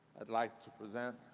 i'd like to present